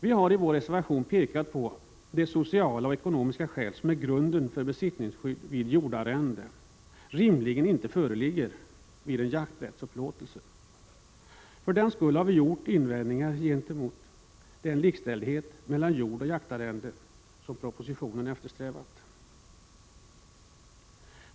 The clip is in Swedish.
Vi har i vår reservation pekat på att de sociala och ekonomiska skäl som är grunden för besittningsskydd vid jordarrende rimligen inte föreligger vid jakträttsupplåtelse. För den skull har vi gjort invändningar mot den likställighet mellan jordoch jaktarrende som propositionen eftersträvar.